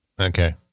Okay